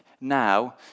now